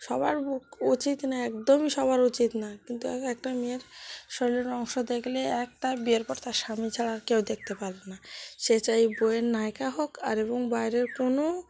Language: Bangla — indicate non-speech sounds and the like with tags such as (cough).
সবার (unintelligible) উচিত না একদমই সবার উচিত না কিন্তু একটা মেয়ের শরীরের অংশ দেখলে এক তার বিয়ের পর তার স্বামী ছাড়া আর কেউ দেখতে পারবে না সে ছাই বইয়ের নায়িকা হোক আর এবং বাইরের কোনো